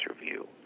review